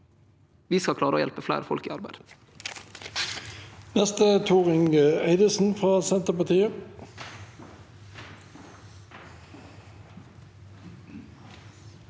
Vi skal klare å hjelpe fleire folk i arbeid.